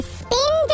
spin